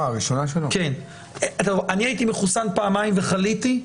אני הייתי מחוסן פעמיים וחליתי,